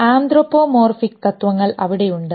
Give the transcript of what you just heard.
anthropomorphic തത്വങ്ങൾ അവിടെയുണ്ട്